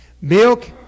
Milk